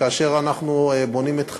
כאשר אנחנו בונים את חריש,